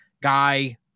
guy